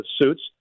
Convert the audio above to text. suits